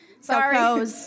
Sorry